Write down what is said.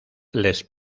les